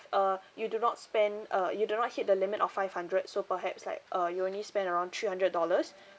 uh you do not spend uh you do not hit the limit of five hundred so perhaps like uh you only spend around three hundred dollars